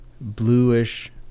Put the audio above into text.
bluish